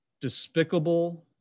despicable